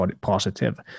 positive